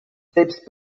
selbst